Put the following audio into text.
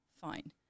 fine